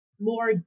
more